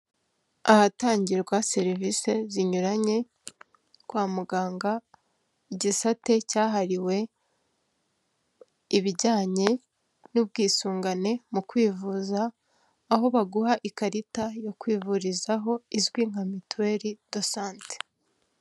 Ahatangirwa serivisi zinyuranye kwa muganga, igisate cyahariwe ibijyanye n'ubwisungane mu kwivuza; aho baguha ikarita yo kwivurizaho izwi nka mituweri do sante.